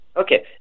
Okay